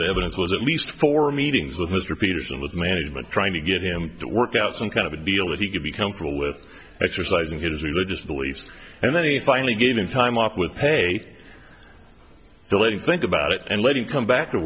the evidence was at least four meetings with mr peters and with management trying to get him to work out some kind of a deal that he could be comfortable with exercising his religious beliefs and then he finally gave him time off with pay for letting think about it and let him come back to